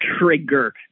trigger